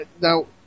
now